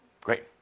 Great